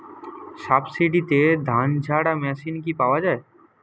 সাবসিডিতে ধানঝাড়া মেশিন কি পাওয়া য়ায়?